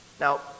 Now